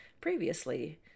previously